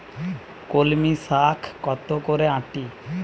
কলমি শাখ কত করে আঁটি?